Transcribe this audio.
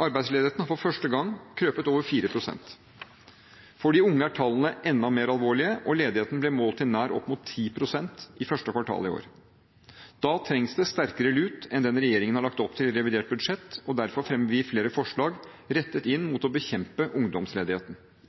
Arbeidsledigheten har for første gang krøpet over 4 pst. For de unge er tallene enda mer alvorlige, og ledigheten ble målt til nær opp mot 10 pst. i første kvartal i år. Da trengs det sterkere lut enn det regjeringen har lagt opp til i revidert budsjett, og derfor fremmer vi flere forslag rettet inn mot å bekjempe ungdomsledigheten.